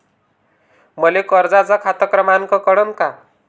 मले कर्जाचा खात क्रमांक कळन का?